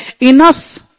enough